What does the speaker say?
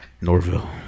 Norville